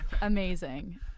Amazing